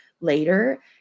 later